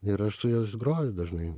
ir aš su jais groju dažnai